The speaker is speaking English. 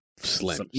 Slim